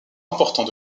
important